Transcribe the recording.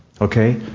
okay